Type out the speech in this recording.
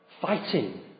fighting